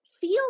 feel